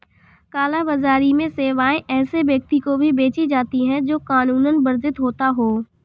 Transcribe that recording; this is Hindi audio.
काला बाजारी में सेवाएं ऐसे व्यक्ति को भी बेची जाती है, जो कानूनन वर्जित होता हो